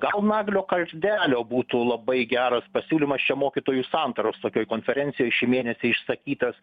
gal naglio kardelio būtų labai geras pasiūlymas čia mokytojų santaros tokioj konferencijoj šį mėnesį išsakytas